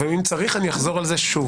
ואם צריך אני אחזור על זה שוב